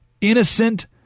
innocent